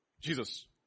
Jesus